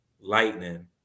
lightning